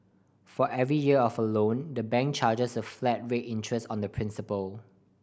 for every year of a loan the bank charges a flat rate interest on the principal